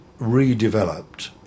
redeveloped